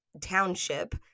Township